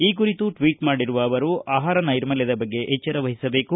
ಈ ಕುರಿತು ಟ್ವೀಟ್ ಮಾಡಿರುವ ಅವರು ಆಹಾರ ನೈರ್ಮಲ್ಯದ ಬಗ್ಗೆ ಎಚ್ಚರವಹಿಸಬೇಕು